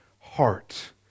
heart